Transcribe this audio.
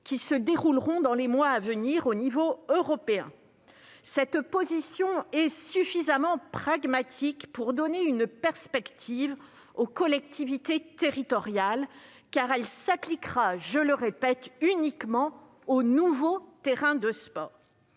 qui se dérouleront dans les mois à venir au niveau européen. Cette position est suffisamment pragmatique pour donner une perspective aux collectivités territoriales, car elle s'appliquera uniquement aux nouveaux terrains de sport.